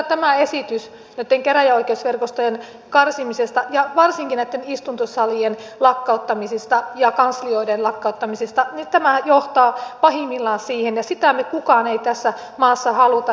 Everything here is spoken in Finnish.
tämä esitys käräjäoikeusverkostojen karsimisesta ja varsinkin istuntosalien lakkauttamisista ja kanslioiden lakkauttamisista johtaa pahimmillaan siihen ja sitä kukaan ei tässä maassa halua